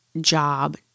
job